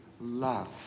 love